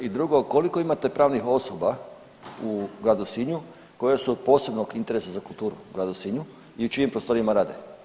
I drugo, koliko imate pravnih osoba u gradu Sinju koje su od posebnog interesa za kulturu u gradu Sinju i u čijim prostorima rade?